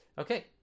Okay